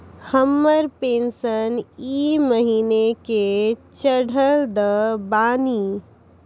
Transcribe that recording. हमर पेंशन ई महीने के चढ़लऽ बानी?